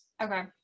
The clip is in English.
okay